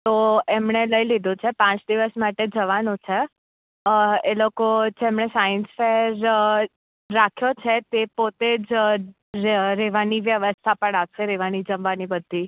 તો એમને લઈ લીધું છે પાંચ દિવસ માટે જવાનું છે એ લોકો જેમને સાઇન્સ ફેર રાખ્યો છે તે પોતે જ રહેવાની વ્યવસ્થા પણ આપશે રહેવાની જમવાની બધી જ